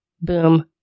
Boom